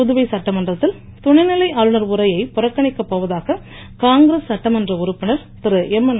புதுவை சட்டமன்றத்தில் துணைநிலை ஆளுநர் உரையை புறக்கணிக்கப் போவதாக காங்கிரஸ் சட்டமன்ற உறுப்பினர் திருஎம்என்